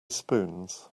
spoons